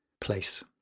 Place